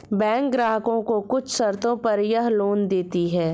बैकें ग्राहकों को कुछ शर्तों पर यह लोन देतीं हैं